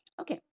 okay